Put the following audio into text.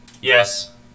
Yes